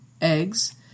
eggs